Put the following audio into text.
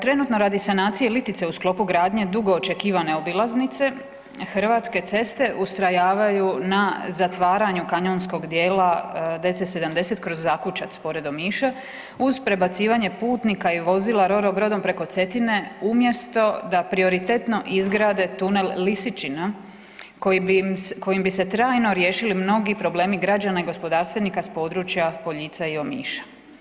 Trenutno radi sanacije litice u sklopu gradnje dugoočekivane obilaznice, Hrvatske ceste ustrajavaju na zatvaranju kanjonskog dijela DC-70 kroz Zakučac pored Omiša, uz prebacivanje putnika i vozila Ro-Ro brodom preko Cetine umjesto da prioritetno izgrade tunel Lisičina kojim bi se trajno riješili mnogi problemi građana i gospodarstvenika s područja Poljica i Omiša.